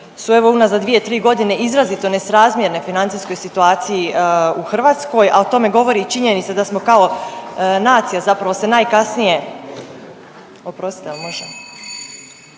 su evo unazad 2-3.g. izrazito nesrazmjerne financijskoj situaciji u Hrvatskoj, a o tome govori i činjenica da smo kao nacija zapravo se najkasnije, oprostite jel može,